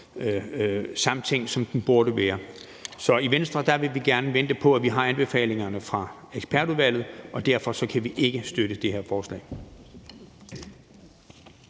samtænkt , som den burde være. Så i Venstre vil vi gerne vente på, at vi har anbefalingerne fra ekspertudvalget, og derfor kan vi ikke støtte det her forslag.